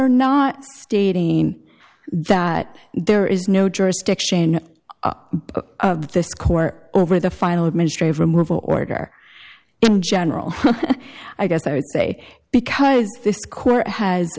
are not stating that there is no jurisdiction of this court over the final administrative removal order in general i guess i would say because this court ha